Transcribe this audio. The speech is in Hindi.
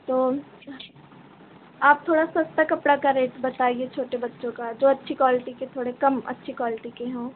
तो आप थोड़ा सस्ता कपड़ा का रेट बताइए छोटे बच्चों का जो अच्छी क्वालिटी के थोड़े कम अच्छी क्वालिटी के हों